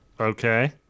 Okay